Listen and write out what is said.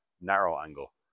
narrow-angle